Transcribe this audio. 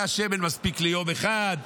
היה שמן שמספיק ליום אחד,